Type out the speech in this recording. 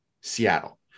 Seattle